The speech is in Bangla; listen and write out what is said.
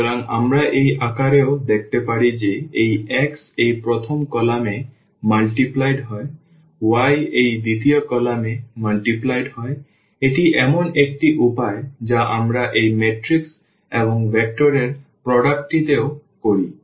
সুতরাং আমরা এই আকারে ও দেখতে পারি যে এই x এই প্রথম কলাম এ গুণিত হয় y এই দ্বিতীয় কলাম এ গুণিত হয় এটি এমন একটি উপায় যা আমরা এই ম্যাট্রিক্স এবং ভেক্টর এর গুণটিও করি